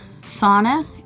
sauna